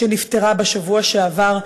שנפטרה בשבוע שעבר,